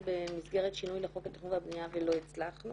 במסגרת שינוי לחוק התכנון והבנייה ולא הצלחנו